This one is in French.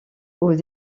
aux